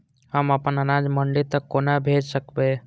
हम अपन अनाज मंडी तक कोना भेज सकबै?